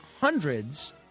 hundreds